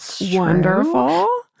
Wonderful